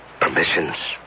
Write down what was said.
Permissions